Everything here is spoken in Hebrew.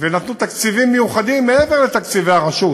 ונתנו תקציבים מיוחדים, מעבר לתקציבי הרשות,